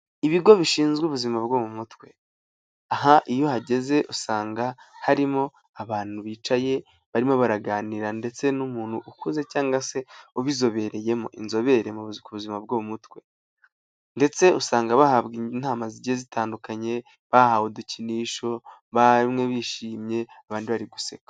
Ibigo bishinzwe ubuzima bwo mu mutwe, aha iyo uhageze usanga harimo abantu bicaye barimo baraganira ndetse n'umuntu ukuze cyangwa se ubizobereyemo inzobere mu buzima bwo mu mutwe. Ndetse usanga bahabwa inama zitandukanye, bahawe udukinisho, bamwe bishimye abandi bari guseka.